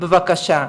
בבקשה.